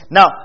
Now